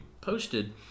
posted